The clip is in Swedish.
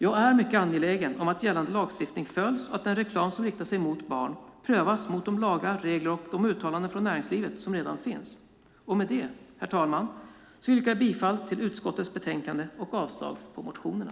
Jag är mycket angelägen om att gällande lagstiftning följs och att den reklam som riktar sig mot barn prövas mot de lagar, regler och uttalanden från näringslivet som redan finns. Med detta vill jag yrka bifall till utskottets förslag och avslag på motionerna.